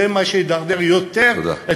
זה מה שידרדר, תודה.